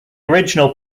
original